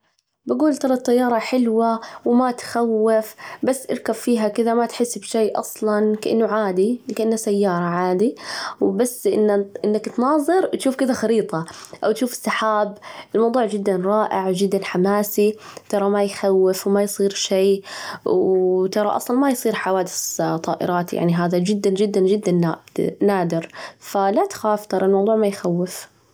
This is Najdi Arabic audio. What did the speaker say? بجول ترى الطيارة حلوة وما تخوف، بس أركب فيها كده ما تحس بشي أصلاً كأنه عادي، كأنه سيارة عادي، وبس أنك تناظر تشوف كده خريطة أو تشوف السحاب، الموضوع جداً رائع وجداً حماسي، ترى ما يخوف، ما يصير شي، وترى أصلاً ما يصير حوادث طائرات، يعني هذا جداً جداً جداً ناد نادر فلا تخاف، ترى الموضوع ما يخوف.